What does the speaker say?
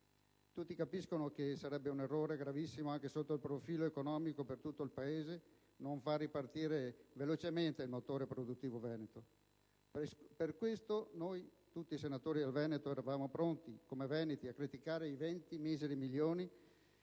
Tutti capiscono che sarebbe un errore gravissimo, anche sotto il profilo economico per tutto il Paese, non far ripartire velocemente il motore produttivo veneto. Per questo motivo, tutti noi senatori del Veneto eravamo pronti a criticare i 20 miseri milioni